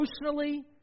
emotionally